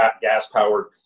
gas-powered